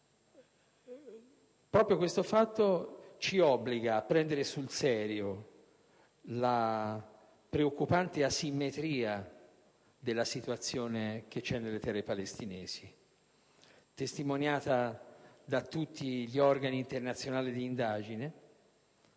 notizie, questo ci obbliga a prendere sul serio la preoccupante asimmetria della situazione esistente nei territori palestinesi, testimoniata da tutti gli organi internazionali d'indagine,